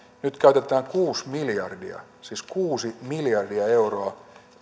nyt käytetään kuusi miljardia siis kuusi miljardia euroa